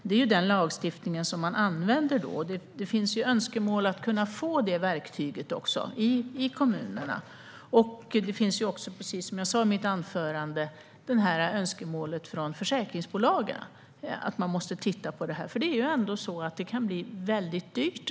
Det är den lagstiftning man använder då, och det finns önskemål om att få det verktyget i kommunerna. Precis som jag sa i mitt anförande finns det också önskemål från försäkringsbolagen om att titta på detta, för det är ändå så att det kan bli väldigt dyrt.